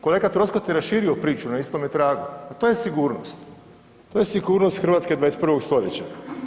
Kolega Troskot je raširio priču na istome tragu, pa to je sigurnost, to je sigurnost RH 21. stoljeća.